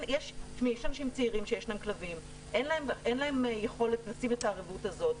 יש אנשים צעירים שיש להם כלבים ואין להם יכולת לשלם את הערבות הזאת,